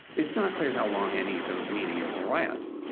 it's not clear how long any of those media will last.